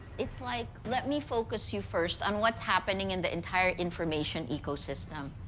it's, like, let me focus you first on what's happening in the entire information ecosystem.